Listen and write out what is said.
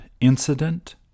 incident